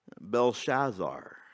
Belshazzar